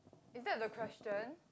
is that the question